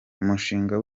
umushinga